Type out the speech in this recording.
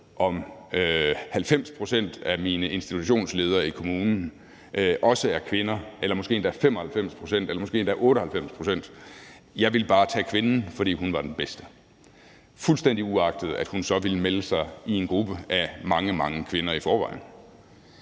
om 90 pct. af mine institutionsledere i kommunen også er kvinder eller måske endda 95 pct. eller måske endda 98 pct. Jeg ville bare tage kvinden, fordi hun var den bedste, fuldstændig uagtet at hun så ville melde sig i en gruppe af i forvejen mange, mange kvinder. Sådan